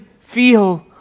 feel